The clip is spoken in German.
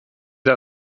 der